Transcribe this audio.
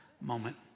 moment